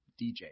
DJ